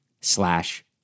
slash